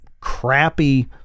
crappy